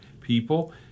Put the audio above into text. people